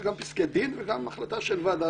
גם פסקי דין וגם החלטה של ועדה.